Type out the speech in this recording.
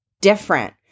different